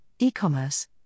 e-commerce